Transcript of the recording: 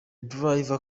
drivers